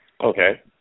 Okay